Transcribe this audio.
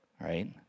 right